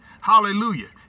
Hallelujah